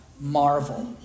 marvel